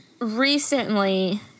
recently